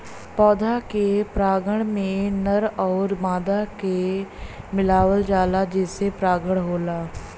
पौधा के परागण में नर आउर मादा के मिलावल जाला जेसे परागण होला